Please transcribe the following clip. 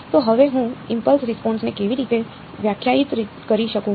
તો હવે હું ઇમ્પલ્સ રિસ્પોન્સ ને કેવી રીતે વ્યાખ્યાયિત કરી શકું